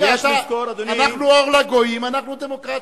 אנחנו אור לגויים, אנחנו דמוקרטיה.